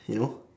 you know